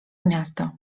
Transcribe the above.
miasto